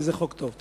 וזה חוק טוב.